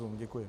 Děkuji.